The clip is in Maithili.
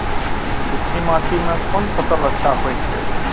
चिकनी माटी में कोन फसल अच्छा होय छे?